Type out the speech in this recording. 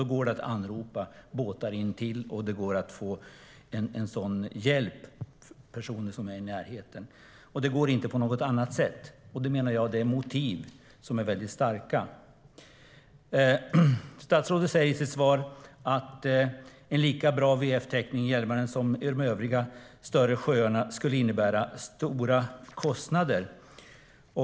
Då går det att anropa båtar som befinner sig intill, och det går att få hjälp av personer som är i närheten. Det går inte att göra på något annat sätt. Jag menar att det är starka motiv. Statsrådet säger i sitt svar att en lika bra VHF-täckning i Hjälmaren som i de övriga större sjöarna skulle innebära stora kostnader.